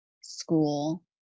school